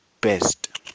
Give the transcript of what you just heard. best